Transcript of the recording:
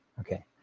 Okay